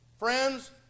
Friends